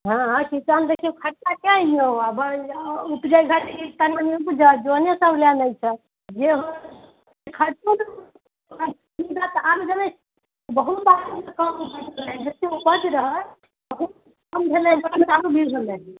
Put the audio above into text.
हँ किसान देखिऔ खर्चा कए अबैया उपजै छै तनी मनी उपजल जऽने सब सभ लए लै छै